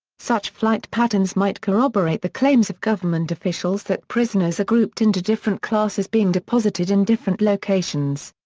such flight patterns might corroborate the claims of government officials that prisoners are grouped into different classes being deposited in different locations.